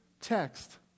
text